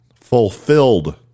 Fulfilled